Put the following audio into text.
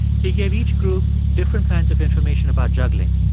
he gave each group different kinds of information about juggling,